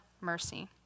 mercy